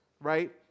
right